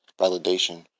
validation